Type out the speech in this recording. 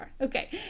Okay